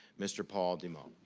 mr. paul dimoh.